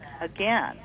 again